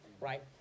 right